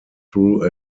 through